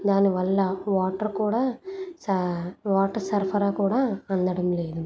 దానివల్ల వాటర్ కూడా సా వాటర్ సరఫరా కూడా అందడం లేదు